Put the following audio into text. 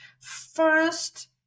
First